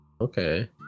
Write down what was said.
okay